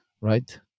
right